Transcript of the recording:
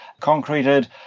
concreted